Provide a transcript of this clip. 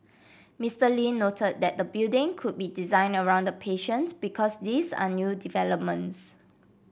Mister Lee noted that the building could be designed around the patient because these are new developments